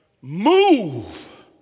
Move